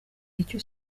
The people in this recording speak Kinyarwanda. icyo